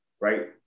right